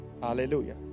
Hallelujah